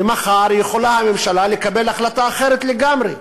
ומחר יכולה הממשלה לקבל החלטה אחרת לגמרי,